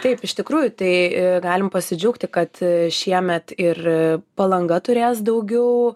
taip iš tikrųjų tai galim pasidžiaugti kad šiemet ir palanga turės daugiau